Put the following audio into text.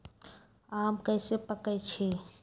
आम कईसे पकईछी?